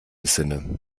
sinne